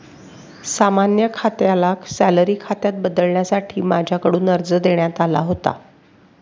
सामान्य खात्याला सॅलरी खात्यात बदलण्यासाठी माझ्याकडून अर्ज देण्यात आला होता